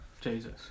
Jesus